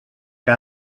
que